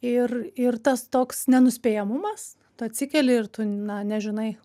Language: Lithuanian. ir ir tas toks nenuspėjamumas tu atsikeli ir tu na nežinai